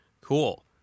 Cool